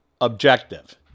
objective